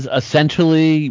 essentially